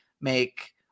make